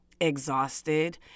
exhausted